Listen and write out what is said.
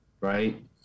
right